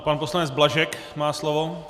Pan poslanec Blažek má slovo.